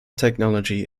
technology